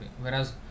Whereas